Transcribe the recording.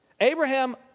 Abraham